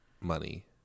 money